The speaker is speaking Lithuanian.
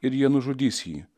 ir jie nužudys jį